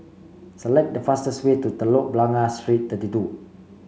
select the fastest way to Telok Blangah Street Thirty two